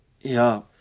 Ja